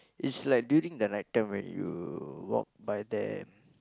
it's like during the night time when you walk by there